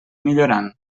millorant